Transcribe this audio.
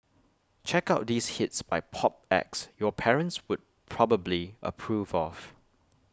check out these hits by pop acts your parents would probably approve of